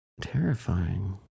Terrifying